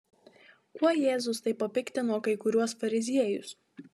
kuo jėzus taip papiktino kai kuriuos fariziejus